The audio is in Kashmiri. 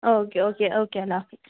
اوکے اوکے اوکے اللّہ حافِظ